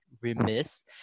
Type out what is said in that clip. remiss